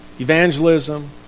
Evangelism